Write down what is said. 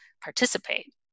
participate